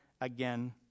again